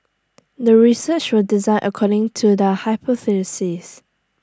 the research was designed according to the hypothesis